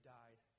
died